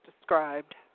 described